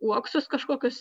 uoksus kažkokius